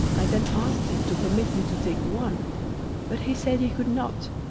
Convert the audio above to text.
i then asked him to permit me to take one but he said he could not.